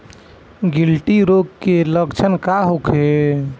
गिल्टी रोग के लक्षण का होखे?